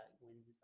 wins